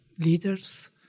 Leaders